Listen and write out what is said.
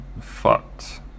fucked